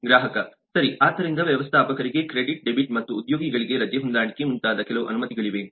ಗ್ರಾಹಕ ಸರಿ ಆದ್ದರಿಂದ ವ್ಯವಸ್ಥಾಪಕರಿಗೆ ಕ್ರೆಡಿಟ್ ಡೆಬಿಟ್ ಮತ್ತು ಉದ್ಯೋಗಿಗಳಿಗೆ ರಜೆ ಹೊಂದಾಣಿಕೆ ಮುಂತಾದ ಕೆಲವು ಅನುಮತಿಗಳಿವೆ